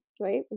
right